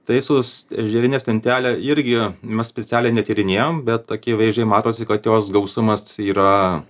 tai sus ežerine stintele irgi yra mes specialiai netyrinėjom bet akivaizdžiai matosi kad jos gausumas yra